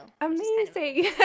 Amazing